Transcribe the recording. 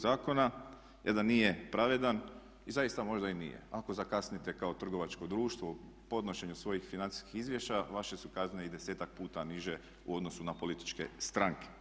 Zakona jer da nije pravedan i zaista možda i nije ako zakasnite kao trgovačko društvo u podnošenju svojih financijskih izvješća vaše su kazne i desetak puta niže u odnosu na političke stranke.